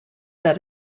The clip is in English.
that